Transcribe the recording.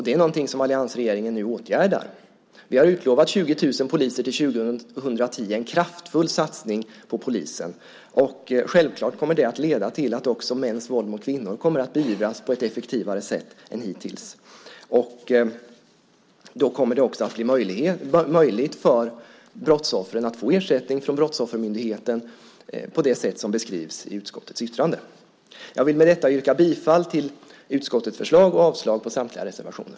Det är någonting som alliansregeringen nu åtgärdar. Vi har utlovat 20 000 poliser till 2010, en kraftfull satsning på polisen. Självklart kommer det att leda till att också mäns våld mot kvinnor kommer att beivras på ett effektivare sätt än hittills. Då kommer det också att bli möjligt för brottsoffren att få ersättning från Brottsoffermyndigheten på det sätt som beskrivs i utskottets yttrande. Jag vill med detta yrka bifall till utskottets förslag och avslag på samtliga reservationer.